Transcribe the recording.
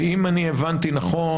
ואם אני הבנתי נכון,